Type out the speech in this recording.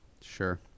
Sure